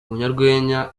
umunyarwenya